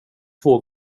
två